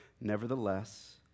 Nevertheless